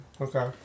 Okay